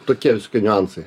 tokie niuansai